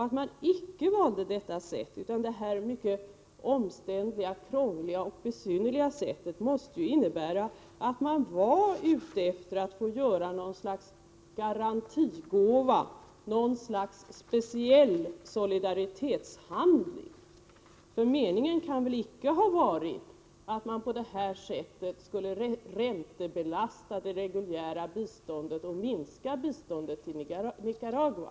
Att man icke valde det sättet utan det här, mycket omständliga, krångliga och besynnerliga sättet måste innebära att man var ute efter att få ge något slags garantigåva, göra något slags speciell solidaritetshandling. Meningen kan väl icke ha varit att man på det här sättet skulle räntebelasta det reguljära biståndet och minska biståndet till Nicaragua!